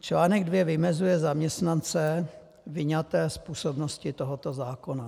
Článek 2 vymezuje zaměstnance vyňaté z působnosti tohoto zákona.